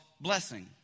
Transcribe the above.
blessing